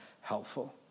helpful